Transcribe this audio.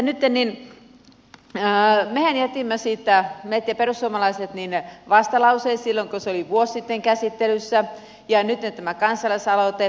nytten mehän jätimme siitä me ja perussuomalaiset vastalauseen silloin kun se oli vuosi sitten käsittelyssä ja nytten on tämä kansalaisaloite